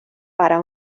para